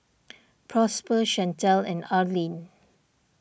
Prosper Shantell and Arlyne